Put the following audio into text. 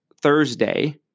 Thursday